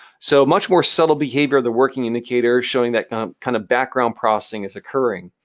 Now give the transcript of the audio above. so, much more subtle behavior, the working indicator showing that kind of background processing is occurring.